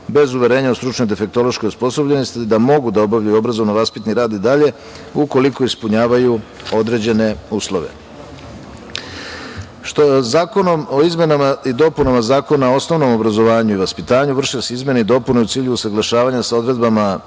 bez uverenja o stručnoj defektološkoj osposobljenosti, da mogu da obavljaju obrazovno-vaspitni rad i dalje ukoliko ispunjavaju određene uslove. Što zakonom o izmenama i dopunama Zakona o osnovnom obrazovanju i vaspitanju vrše se izmene i dopune u cilju usaglašavanja sa odredbama